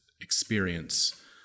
experience